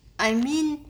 I mean